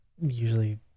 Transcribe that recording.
usually